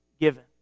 given